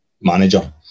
manager